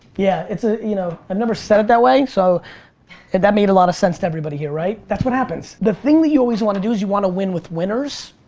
yeah, it's a, you know i've never said it that way. so and that made a lot a sense to everybody here, right? that's what happens. the thing that you always want to do, is you want to win with winners.